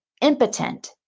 impotent